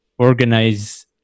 Organize